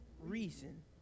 reason